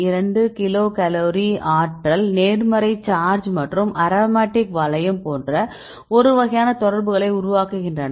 2 kilocalorie ஆற்றல் நேர்மறை charge மற்றும் அரோமேட்டிக் வளையம் போன்ற ஒரு வகையான தொடர்புகளை உருவாக்குகின்றன